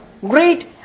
great